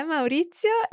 Maurizio